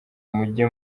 mujye